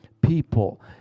people